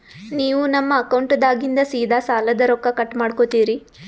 ನೀವು ನಮ್ಮ ಅಕೌಂಟದಾಗಿಂದ ಸೀದಾ ಸಾಲದ ರೊಕ್ಕ ಕಟ್ ಮಾಡ್ಕೋತೀರಿ?